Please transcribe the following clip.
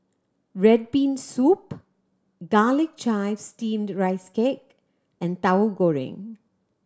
red bean soup Garlic Chives Steamed Rice Cake and Tahu Goreng